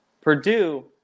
Purdue